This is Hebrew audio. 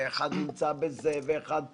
האחר נסע לחו"ל,